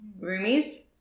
roomies